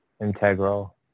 integral